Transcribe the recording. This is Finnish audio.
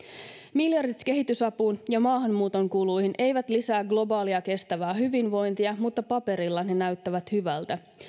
miljardit kehitysapuun ja maahanmuuton kuluihin eivät lisää globaalia kestävää hyvinvointia mutta paperilla ne näyttävät hyvältä